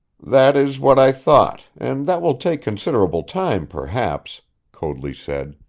that is what i thought, and that will take considerable time, perhaps, coadley said.